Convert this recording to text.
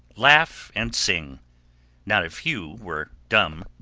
laugh, and sing not a few were dumb,